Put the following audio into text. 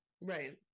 right